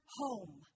home